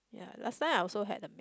ya last time I also had a